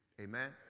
Amen